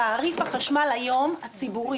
תעריף החשמל הציבורי היום,